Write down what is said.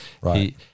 right